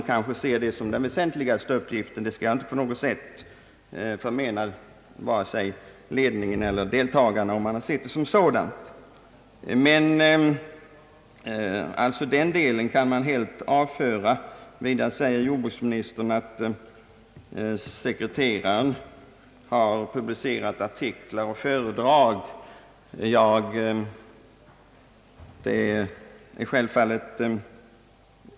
Den kanske ser detta som den väsentligaste uppgiften, och jag vill inte på något sätt förmena vare sig ledningen eller ledamöterna rätten att se uppgiften på detta sätt. Den delen kan vi alltså helt avföra ur resonemanget. Vidare anför jordbruksministern att delegationens sekreterare har publicerat artiklar och hållit föredrag i jordbruksfrågor.